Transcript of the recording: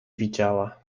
widziała